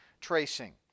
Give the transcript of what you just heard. tracing